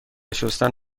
شستن